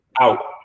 out